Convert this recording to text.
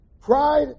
Pride